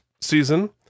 season